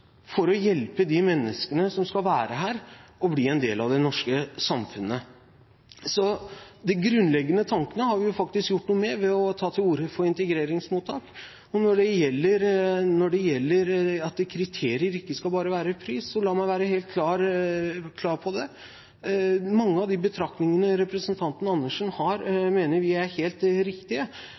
for å hjelpe de menneskene som skal være her og bli en del av det norske samfunnet. Så den grunnleggende tanken har vi faktisk gjort noe med ved å ta til orde for integreringsmottak. Og når det gjelder at kriteriet ikke bare skal være pris, så la meg være helt klar på det. Noen av de betraktningene representanten Andersen har, mener vi er helt riktige,